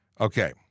Okay